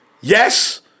Yes